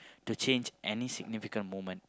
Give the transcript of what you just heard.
to change any significant moment